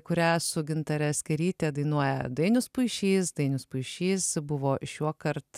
kurią su gintare skėryte dainuoja dainius puišys dainius puišys buvo šiuokart